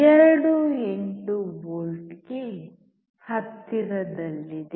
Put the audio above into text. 28V ಗೆ ಹತ್ತಿರದಲ್ಲಿದೆ